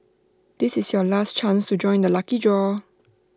this is your last chance to join the lucky draw